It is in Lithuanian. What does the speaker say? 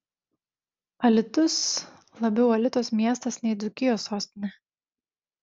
alytus labiau alitos miestas nei dzūkijos sostinė